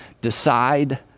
decide